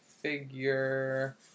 figure